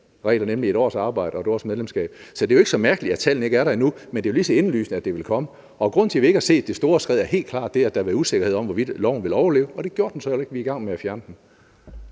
regler – nemlig 1 års arbejde og 1 års medlemskab. Så det er ikke så mærkeligt, at tallene ikke er der endnu, men det er jo lige så indlysende, at de vil komme. Og grunden til, vi ikke har set det store skred, er helt klart det, at der har været usikkerhed om, hvorvidt loven ville overleve. Og det gjorde den så heller ikke. Vi er i gang med at fjerne den.